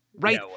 right